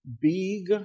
big